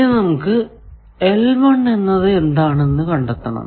ഇനി നമുക്ക് എന്നത് എന്താണെന്നു കണ്ടെത്തണം